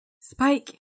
Spike